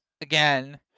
again